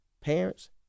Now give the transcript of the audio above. parents